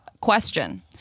question